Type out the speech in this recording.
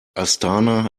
astana